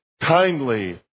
kindly